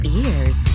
ears